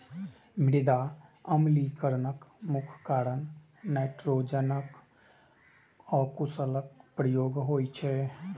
मृदा अम्लीकरणक मुख्य कारण नाइट्रोजनक अकुशल उपयोग होइ छै